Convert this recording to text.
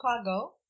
Chicago